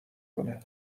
کنه